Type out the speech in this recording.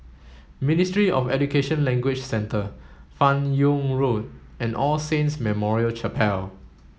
Ministry of Education Language Centre Fan Yoong Road and All Saints Memorial Chapel